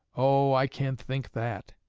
oh, i can't think that.